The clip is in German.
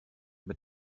mit